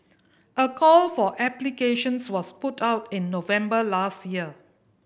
a call for applications was put out in November last year